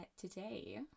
today